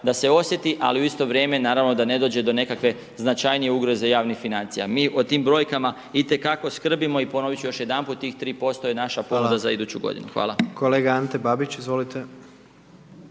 da se osjeti ali u isto vrijeme naravno da ne dođe do nekakve značajnije ugroze javnih financija. Mi o tim brojkama i te kako skrbimo i ponovit ću još jedanput tih 3% je naša ponuda …/Upadica: Hvala./… za iduću godinu.